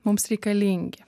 mums reikalingi